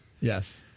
Yes